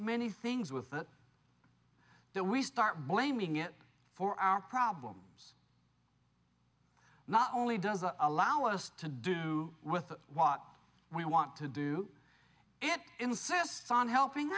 many things with it that we start blaming it for our problems not only does a allow us to do with what we want to do it insists on helping